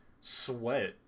sweat